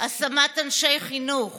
השמת אנשי חינוך